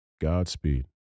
Godspeed